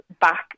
back